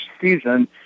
season